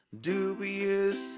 Dubious